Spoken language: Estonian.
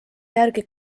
järgi